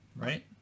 right